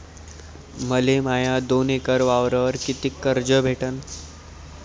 मले माया दोन एकर वावरावर कितीक कर्ज भेटन?